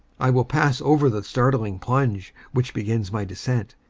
i will pass over the startling plunge which begins my descent,